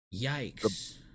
Yikes